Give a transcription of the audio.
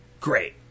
Great